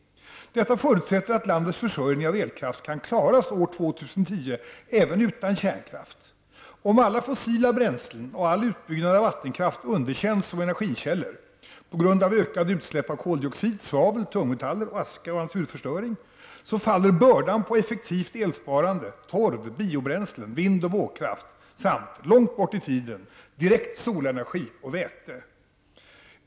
Detta förutsätter att landets försörjning av elkraft kan klaras år 2010 även utan kärnkraft. Om alla fossila bränslen och all utbyggnad av vattenkraft underkänns som energikällor på grund av ökade utsläpp av koldioxid, svavel, tungmetaller, aska och naturförstöring, faller bördan på effektivt elsparande, torv, biobränslen, vind och vågkraft samt, långt fram i tiden, direkt solenergi och vete.